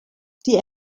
die